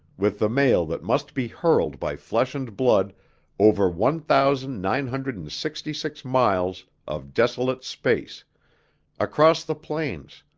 with the mail that must be hurled by flesh and blood over one thousand nine hundred and sixty six miles of desolate space across the plains,